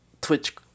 Twitch